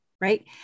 right